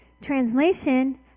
Translation